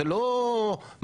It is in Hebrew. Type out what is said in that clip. זוהי לא מעבדה.